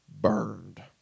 burned